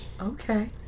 Okay